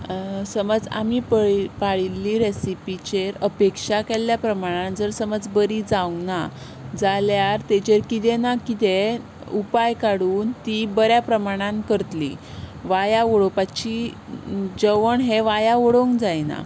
समज आमी पळय पाळिल्ली रॅसिपीचेर अपेक्षा केल्ल्या प्रमाणान जर समज बरी जावंक ना जाल्यार ताचेर कितें ना कितें उपाय काडून ती बऱ्या प्रमाणान करतलीं वाऱ्यार उडोवपाची जेवण हें वाऱ्यार उडोवंक जायना